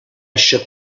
shook